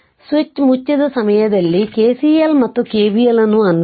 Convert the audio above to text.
ಆದ್ದರಿಂದ ಸ್ವಿಚ್ ಮುಚ್ಚಿದ ಸಮಯದಲ್ಲಿ KCL ಮತ್ತು KVL ಅನ್ನು ಅನ್ವಯಿಸಿ